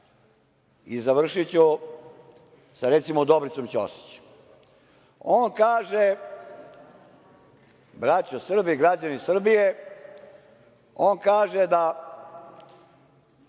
i završiću sa, recimo, Dobricom Ćosić. On kaže, braćo Srbi, građani Srbije, on kaže da